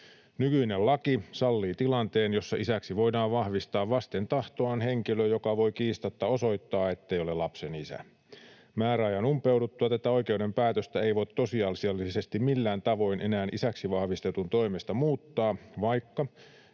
Nykyinen laki sallii tilanteen, jossa isäksi voidaan vahvistaa vasten tahtoaan henkilö, joka voi kiistatta osoittaa, ettei ole lapsen isä. Määräajan umpeuduttua tätä oikeuden päätöstä ei voi tosiasiallisesti millään tavoin enää isäksi vahvistetun toimesta muuttaa, vaikka